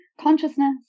consciousness